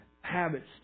habits